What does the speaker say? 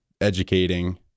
educating